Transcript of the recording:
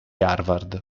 harvard